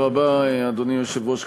אדוני היושב-ראש,